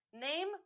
Name